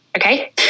Okay